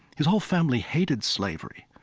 his whole family hated slavery,